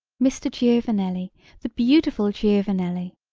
mr. giovanelli the beautiful giovanelli.